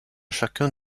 chacun